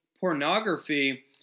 pornography